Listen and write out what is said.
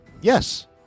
Yes